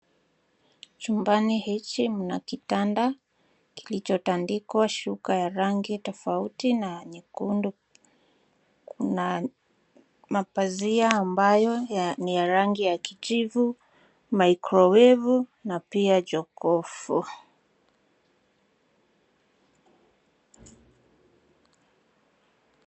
Chumbani hichi mna kitanda kilichotandikwa shuka ya rangi tofauti na nyekundu. Kuna mapazia ambayo ni ya rangi ya kijivu microwave na pia jokofu.